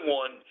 one